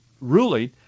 ruling